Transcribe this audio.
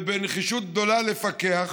ובנחישות גדולה לפקח